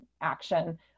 action